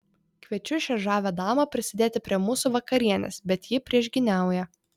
kviečiu šią žavią damą prisidėti prie mūsų vakarienės bet ji priešgyniauja